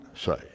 say